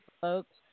folks